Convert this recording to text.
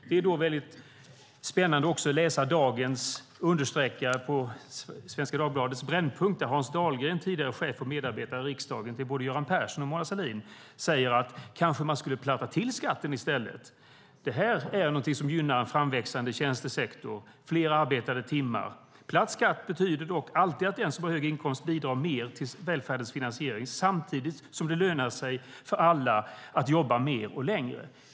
Det är spännande att läsa gårdagens understreckare på Svenska Dagbladets Brännpunkt där Hans Dahlgren, tidigare chef och medarbetare till både Göran Persson och Mona Sahlin, säger att man kanske skulle platta till skatten i stället och att det är något som gynnar en framväxande tjänstesektor och fler arbetade timmar. Han skriver också att platt skatt dock alltid betyder att den som har högre inkomst bidrar mer till välfärdens finansiering samtidigt som det lönar sig för alla att jobba mer och längre.